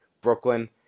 Brooklyn